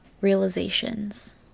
realizations